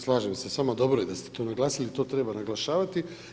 Slažem se s vama, dobro je da ste to naglasili i to treba naglašavati.